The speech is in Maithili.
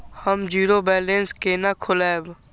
हम जीरो बैलेंस केना खोलैब?